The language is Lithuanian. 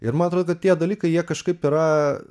ir man atrodo kad tie dalykai jie kažkaip yra